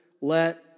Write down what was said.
Let